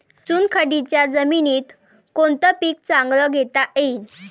चुनखडीच्या जमीनीत कोनतं पीक चांगलं घेता येईन?